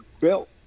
built